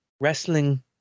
wrestling